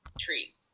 tree